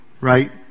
right